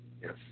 Yes